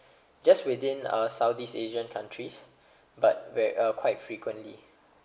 just within uh southeast asia countries but where uh quite frequently